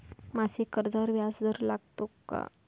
मासिक कर्जावर व्याज दर लागतो का?